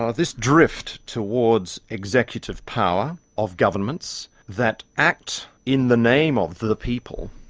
ah this drift towards executive power of governments that act in the name of the people,